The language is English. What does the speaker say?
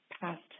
past